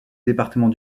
département